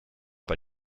bei